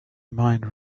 mind